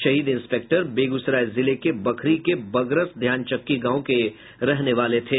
शहीद इंस्पेक्टर बेगूसराय जिले के बखरी के बगरस ध्यानचक्की गांव के रहने वाले थे